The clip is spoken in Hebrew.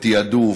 בתעדוף,